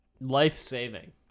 life-saving